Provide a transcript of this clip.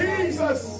Jesus